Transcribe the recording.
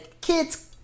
kid's